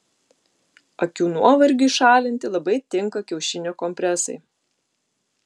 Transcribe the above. akių nuovargiui šalinti labai tinka kiaušinio kompresai